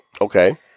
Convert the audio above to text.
Okay